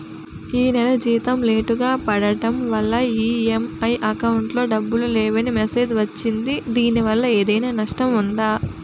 ఈ నెల జీతం లేటుగా పడటం వల్ల ఇ.ఎం.ఐ అకౌంట్ లో డబ్బులు లేవని మెసేజ్ వచ్చిందిదీనివల్ల ఏదైనా నష్టం ఉందా?